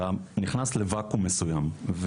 אתה נכנס לוואקום מסוים.